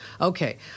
Okay